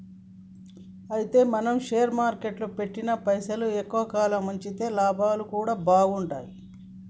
అయితే మనం షేర్ మార్కెట్లో పెట్టిన పైసలు ఎక్కువ కాలం ఉంచితే లాభాలు కూడా బాగుంటాయి